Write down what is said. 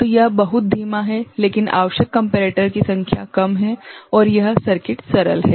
तो यह बहुत धीमा है लेकिन आवश्यक कम्पेरेटर की संख्या कम है और यह सर्किट सरल है